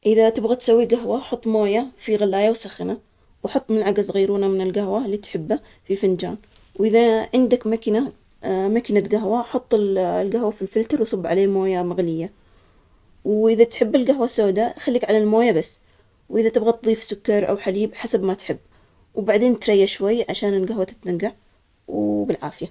إذا تبغى تسوي جهوة حط موية في غلاية وسخنه، وحط ملعقة صغيرة من الجهوة اللي تحبه في فنجان، وإذا عندك مكنة -مكنة قهوة، حط ال الجهوة في الفلتر، وصب عليه موية مغليه. وإذا تحب الجهوة السوداء. خليك على المويه بس، وإذا تبغى تضيف سكر أو حليب حسب ما تحب، وبعدين تري شوي عشان الجهوة تتنجع، وبالعافية.